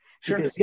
Sure